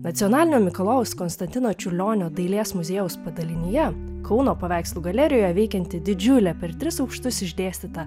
nacionalinio mikalojaus konstantino čiurlionio dailės muziejaus padalinyje kauno paveikslų galerijoje veikianti didžiulė per tris aukštus išdėstyta